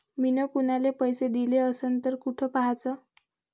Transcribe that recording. मिन कुनाले पैसे दिले असन तर कुठ पाहाचं?